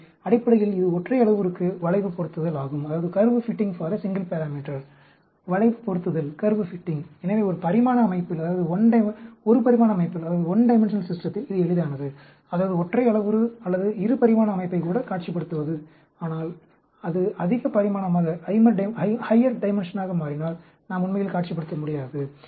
எனவே அடிப்படையில் இது ஒற்றை அளவுருவுக்கு வளைவு பொருத்துதல் ஆகும் வளைவு பொருத்துதல் எனவே ஒரு பரிமாண அமைப்பில் இது எளிதானது அதாவது ஒற்றை அளவுரு அல்லது இரு பரிமாண அமைப்பைக் கூட காட்சிப்படுத்துவது ஆனால் அது அதிக பரிமாணமாக மாறினால் நாம் உண்மையில் காட்சிப்படுத்த முடியாது